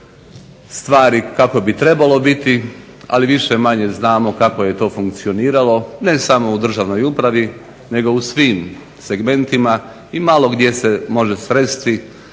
stvari kako bi trebalo biti, ali više-manje znamo kako je to funkcioniralo ne samo u državnoj upravi, nego u svim segmentima i malo gdje se može sresti